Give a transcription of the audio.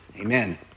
Amen